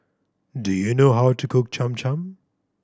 do you know how to cook Cham Cham